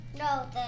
No